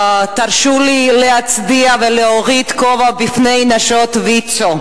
תרשו לי להצדיע ולהוריד כובע בפני נשות ויצו.